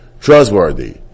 Trustworthy